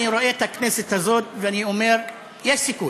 אני רואה את הכנסת הזו ואני אומר: יש סיכוי.